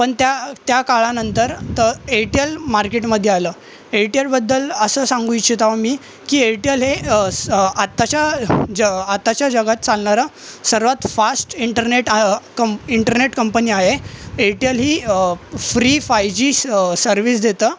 पण त्या त्या काळानंतर तर एयरटेल मार्केटमध्ये आलं एयरटेलबद्दल असं सांगू इच्छितो आम्ही की एयरटेल हे स आताच्या ज आताच्या जगात चालणारा सर्वात फास्ट इंटरनेट आ कं इंटरनेट कंपनी आहे एयरटेल ही फ्री फाय जी स सर्विस देतं